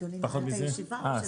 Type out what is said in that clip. אדוני נועל את הישיבה?